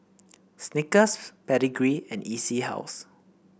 Snickers Pedigree and E C House